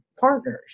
partners